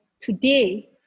today